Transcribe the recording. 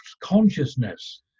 consciousness